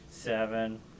Seven